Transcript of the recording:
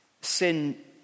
Sin